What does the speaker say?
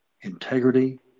Integrity